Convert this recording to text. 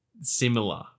similar